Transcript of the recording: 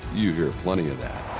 you hear plenty of that.